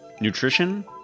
nutrition